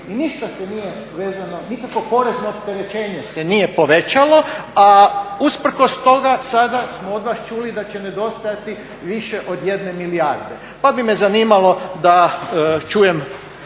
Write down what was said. i ništa se nije vezano, nikakvo porezno opterećenje se nije povećalo, a usprkos toga sada smo od vas čuli da će nedostajati više od 1 milijarde pa bi me zanimalo da čujem